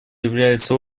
являются